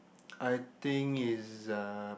I think is a